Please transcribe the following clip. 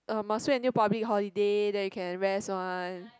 uh must wait until public holiday then you can rest one